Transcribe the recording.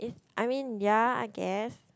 I mean ya I guess